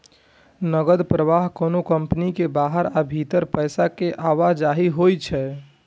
नकद प्रवाह कोनो कंपनी के बाहर आ भीतर पैसा के आवाजही होइ छै